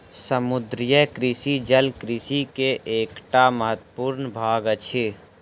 समुद्रीय कृषि जल कृषि के एकटा महत्वपूर्ण भाग अछि